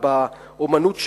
ובאמנות שלהם,